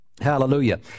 Hallelujah